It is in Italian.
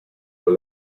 con